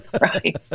Right